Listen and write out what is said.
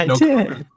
No